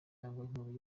inkubi